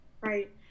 Right